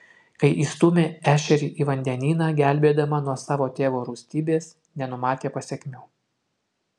kai įstūmė ešerį į vandenyną gelbėdama nuo savo tėvo rūstybės nenumatė pasekmių